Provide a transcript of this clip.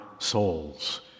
souls